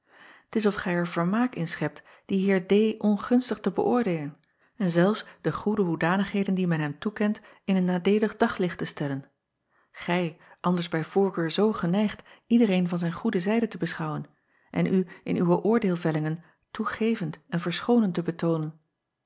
t s of gij er vermaak in schept dien eer ongunstig te beöordeelen en zelfs de goede hoedanigheden die men hem toekent in een nadeelig daglicht te stellen gij anders bij voorkeur zoo geneigd iedereen van zijn goede zijde te beschouwen en u in uwe oordeelvellingen toegevend en verschoonend te betoonen